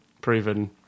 proven